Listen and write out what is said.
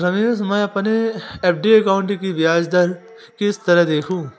रमेश मैं अपने FD account की ब्याज दर किस तरह देखूं?